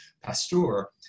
Pasteur